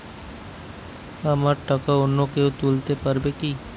আমার টাকা অন্য কেউ তুলতে পারবে কি?